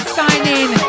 signing